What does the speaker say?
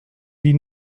die